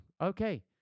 Okay